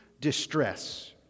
distress